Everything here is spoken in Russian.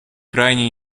крайне